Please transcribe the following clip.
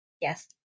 yes